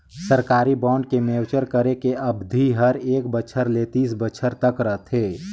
सरकारी बांड के मैच्योर करे के अबधि हर एक बछर ले तीस बछर तक रथे